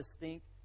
distinct